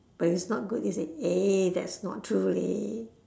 but it's not good then you say eh that's not true leh